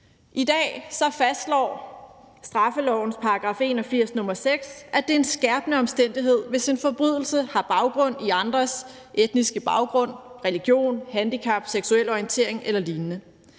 I dag fastslår straffelovens § 81, nr. 6, at det er en skærpende omstændighed, hvis en forbrydelse har baggrund i andres etniske baggrund, religion, handicap, seksuelle orientering eller lignende.